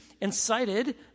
incited